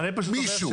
או מישהו.